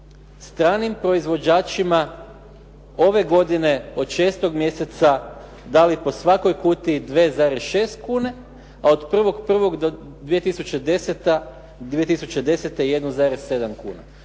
stranim proizvođačima ove godine od 6 mjeseca dali po svakoj kutiji 2,6 kune, a od 1. 1. 2010. 1,7 kuna